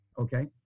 okay